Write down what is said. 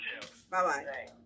Bye-bye